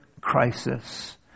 crisis